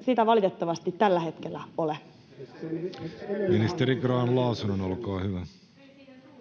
sitä valitettavasti tällä hetkellä ole. [Juho Eerola: Teidän